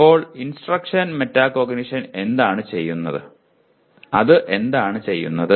അപ്പോൾ instruction metacognition എന്താണ് ചെയ്യുന്നത് അത് എന്താണ് ചെയ്യുന്നത്